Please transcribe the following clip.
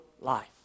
life